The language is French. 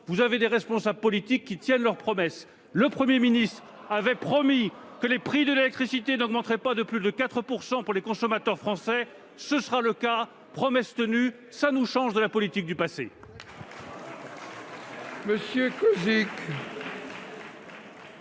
affaire à des responsables politiques qui tiennent leurs promesses ! Le Premier ministre avait promis que les tarifs de l'électricité n'augmenteraient pas de plus de 4 % pour les consommateurs français. Promesse tenue ! Ce sera le cas et cela nous change de la politique du passé